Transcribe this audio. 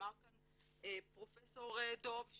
אמר כאן פרופ' דב,